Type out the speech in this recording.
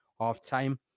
half-time